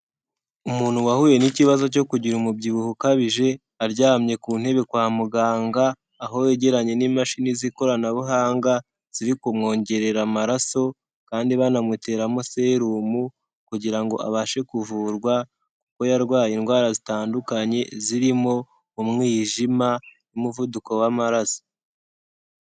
Umuntu wahuye n'ikibazo cyo kugira umubyibuho ukabije aryamye ku ntebe kwa muganga, aho yegeranye n'imashini z'ikoranabuhanga ziri kumwongerera amaraso. Kandi banamuteramo serum kugira ngo abashe kuvurwa ko yarwaye indwara zitandukanye zirimo umwijima, n'umuvuduko w'amaraso.